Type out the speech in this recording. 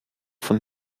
von